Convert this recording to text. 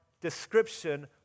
description